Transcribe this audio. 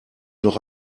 noch